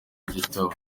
igitabo